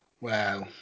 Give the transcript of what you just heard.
Wow